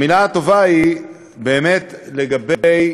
המילה הטובה היא באמת לגבי